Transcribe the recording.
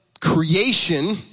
creation